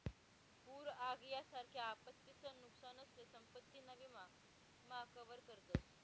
पूर आग यासारख्या आपत्तीसन नुकसानसले संपत्ती ना विमा मा कवर करतस